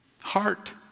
heart